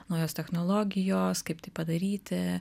naujos technologijos kaip tai padaryti